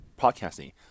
podcasting